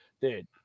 dude